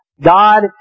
God